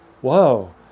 whoa